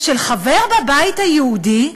של חבר בבית היהודי,